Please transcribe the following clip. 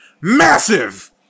massive